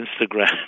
Instagram